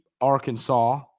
Arkansas